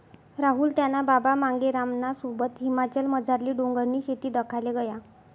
राहुल त्याना बाबा मांगेरामना सोबत हिमाचलमझारली डोंगरनी शेती दखाले गया